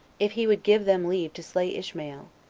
if he would give them leave to slay ishmael,